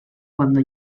cuando